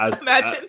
Imagine